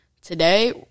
today